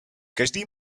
každý